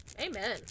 amen